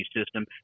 system